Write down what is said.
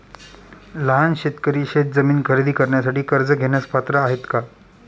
लहान शेतकरी शेतजमीन खरेदी करण्यासाठी कर्ज घेण्यास पात्र आहेत का?